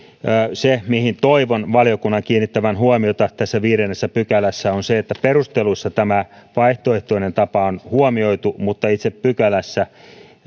se mihin toivon valiokunnan kiinnittävän huomiota tässä viidennessä pykälässä on se että perusteluissa tämä vaihtoehtoinen tapa on huomioitu mutta itse pykälässä